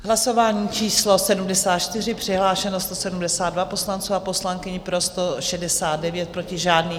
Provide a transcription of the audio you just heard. Hlasování číslo 74, přihlášeno 172 poslanců a poslankyň, pro 169, proti žádný.